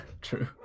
True